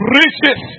riches